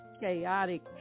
chaotic